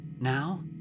Now